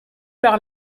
par